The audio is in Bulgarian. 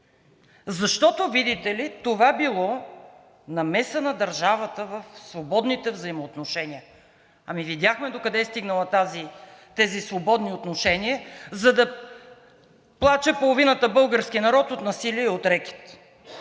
защото, видите ли, това било намеса на държавата в свободните взаимоотношения. Видяхме докъде са стигнали тези свободни отношения, за да плаче половината български народ от насилие и от рекет.